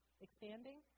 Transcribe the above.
expanding